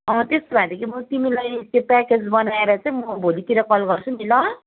अँ त्यसो भएदेखि म तिमीलाई त्यो प्याकेज बनाएर चाहिँ म भोलितिर कल गर्छु नि ल